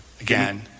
Again